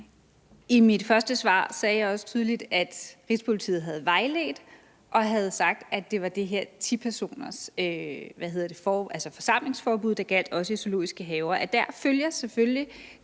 I mit første svar sagde jeg også tydeligt, at Rigspolitiet havde vejledt og havde sagt, at det var det her forsamlingsforbud, der også gjaldt i zoologiske haver.